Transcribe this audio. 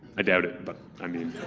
i doubt it, but i mean.